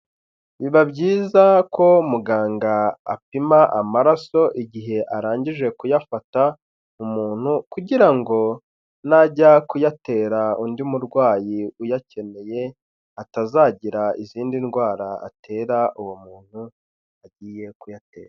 Biba byiza ko muganga apima amaraso igihe arangije kuyafata umuntu, kugira ngo najya kuyatera undi murwayi uyakeneye, atazagira izindi ndwara atera uwo muntu agiye kuyatera.